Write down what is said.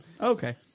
Okay